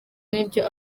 n’ibyo